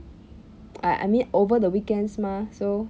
I I mean over the weekends mah so